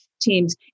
teams